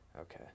Okay